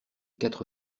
quatre